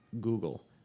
Google